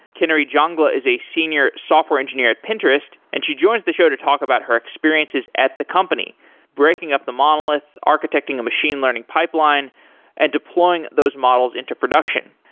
kinnary jangla is a senior software engineer at pinterest and she joins the show to talk about her experiences at the company breaking up the monolith, architecting a machine learning pipeline and deploying those models into production.